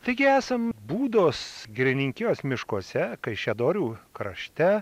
taigi esam būdos girininkijos miškuose kaišiadorių krašte